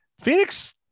Phoenix